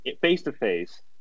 face-to-face